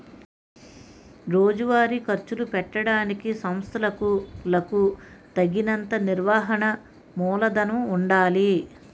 రోజువారీ ఖర్చులు పెట్టడానికి సంస్థలకులకు తగినంత నిర్వహణ మూలధనము ఉండాలి